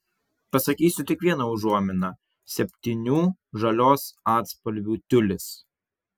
pasakysiu tik vieną užuominą septynių žalios atspalvių tiulis